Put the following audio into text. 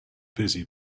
busy